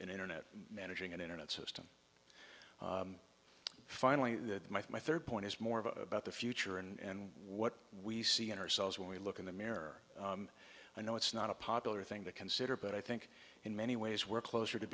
an internet managing an internet system finally the third point is more of about the future and what we see in ourselves when we look in the mirror i know it's not a popular thing to consider but i think in many ways we're closer to